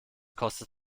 kostet